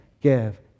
give